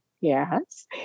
yes